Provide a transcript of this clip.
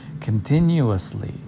continuously